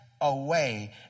away